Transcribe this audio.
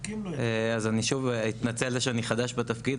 אני שוב אתנצל על זה שאני חדש בתפקיד,